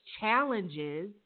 challenges